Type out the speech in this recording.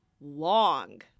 long